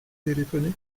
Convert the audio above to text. téléphoné